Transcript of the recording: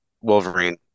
wolverine